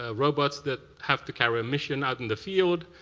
ah robots that have to carry a mission out in the field,